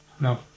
No